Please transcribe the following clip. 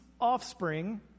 offspring